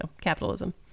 capitalism